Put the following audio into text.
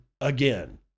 again